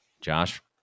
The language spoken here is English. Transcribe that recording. Josh